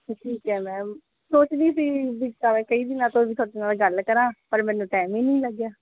ਠੀਕ ਹੈ ਮੈਮ ਸੋਚ ਰਹੀ ਸੀ ਕਈ ਦਿਨਾਂ ਤੋਂ ਵੀ ਤੁਹਾਡੇ ਨਾਲ ਗੱਲ ਕਰਾਂ ਪਰ ਮੈਨੂੰ ਟਾਈਮ ਹੀ ਨਹੀਂ ਲੱਗਿਆ